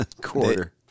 quarter